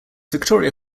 victoria